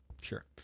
Sure